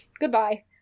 goodbye